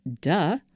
duh